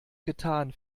getan